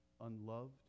unloved